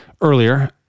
earlier